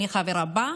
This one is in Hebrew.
שאני חברה בה,